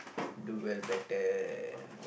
do will better